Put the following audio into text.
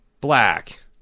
black